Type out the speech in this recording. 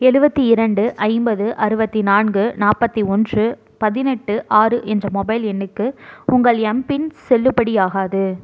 எழுவத்தி இரண்டு ஐம்பது அறுபத்தி நான்கு நாற்பத்தி ஒன்று பதினெட்டு ஆறு என்ற மொபைல் எண்ணுக்கு உங்கள் எம்பின் செல்லுபடி ஆகாது